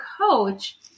coach